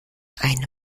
eine